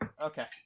Okay